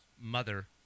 mother